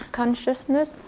consciousness